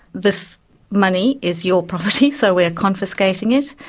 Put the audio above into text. this money is your property so we are confiscating it,